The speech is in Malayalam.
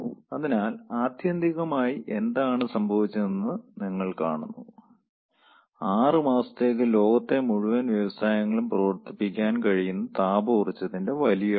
അതിനാൽ ആത്യന്തികമായി എന്താണ് സംഭവിച്ചതെന്ന് നിങ്ങൾ കാണുന്നു 6 മാസത്തേക്ക് ലോകത്തെ മുഴുവൻ വ്യവസായങ്ങളും പ്രവർത്തിപ്പിക്കാൻ കഴിയുന്ന താപ ഊർജ്ജത്തിന്റെ വലിയ അളവ്